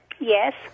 Yes